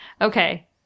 Okay